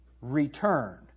Return